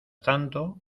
tanto